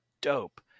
dope